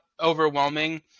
overwhelming